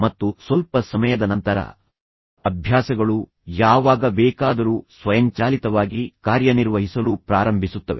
ಮತ್ತು ಸ್ವಲ್ಪ ಸಮಯದ ನಂತರ ಅಭ್ಯಾಸಗಳು ಯಾವಾಗ ಬೇಕಾದರೂ ಸ್ವಯಂಚಾಲಿತವಾಗಿ ಕಾರ್ಯನಿರ್ವಹಿಸಲು ಪ್ರಾರಂಭಿಸುತ್ತವೆ